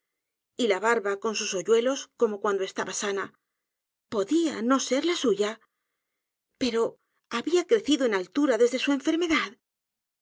y la barba con sus hoyuelos como cuando estaba sana podía no ser la s u y a pero había crecido en altura desde su enfermedad